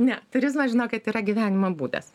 ne turizmas žinokit yra gyvenimo būdas